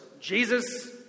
Jesus